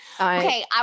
okay